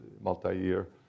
multi-year